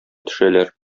төшәләр